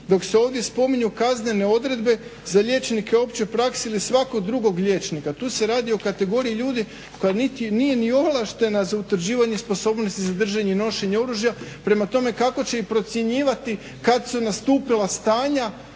dok se ovdje spominju kaznene odredbe za liječnike opće prakse ili svakog drugog liječnika. Tu se radi o kategoriji ljudi koji nije ni ovlaštena za utvrđivanje sposobnosti za držanje i nošenje oružja. Prema tome kako će ih procjenjivati kada su nastupila stanja